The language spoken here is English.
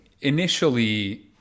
initially